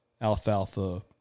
alfalfa